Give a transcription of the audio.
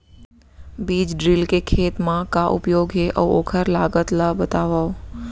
बीज ड्रिल के खेत मा का उपयोग हे, अऊ ओखर लागत ला बतावव?